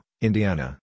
Indiana